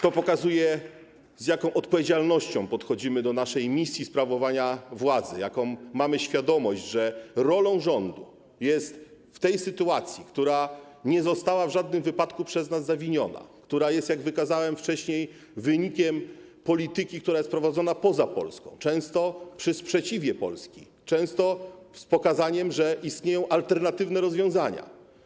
To pokazuje, z jaką odpowiedzialnością podchodzimy do naszej misji sprawowania władzy, jaką mamy świadomość tego, że rolą rządu jest w tej sytuacji, która w żadnym wypadku nie została przez nas zawiniona, która jest, jak wykazałem wcześniej, wynikiem polityki prowadzonej poza Polską, często przy sprzeciwie Polski, często z pokazaniem, że istnieją alternatywne rozwiązania.